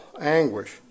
anguish